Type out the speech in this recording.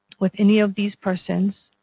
with any of these persons,